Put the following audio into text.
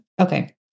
okay